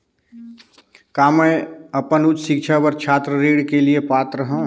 का मैं अपन उच्च शिक्षा बर छात्र ऋण के लिए पात्र हंव?